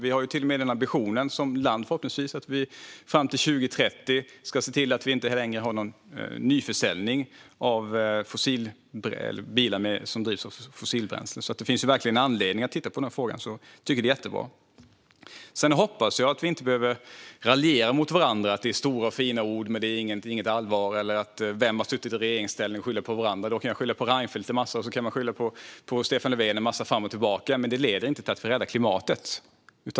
Vi har ju till och med ambitionen, förhoppningsvis som land, att fram till 2030 se till att vi inte längre har någon nyförsäljning av bilar som drivs med fossilbränsle. Det finns verkligen anledning att titta på denna fråga, och jag tycker att det är jättebra. Jag hoppas att vi inte behöver raljera med varandra, säga att det är stora och fina ord men inget allvar eller tala om vem som har suttit i regeringsställning och skylla på varandra. Då kan jag skylla på Reinfeldt en massa, och så kan man skylla på Stefan Löfven en massa fram och tillbaka. Men det leder inte till att vi räddar klimatet.